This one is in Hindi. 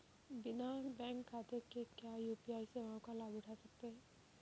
बिना बैंक खाते के क्या यू.पी.आई सेवाओं का लाभ उठा सकते हैं?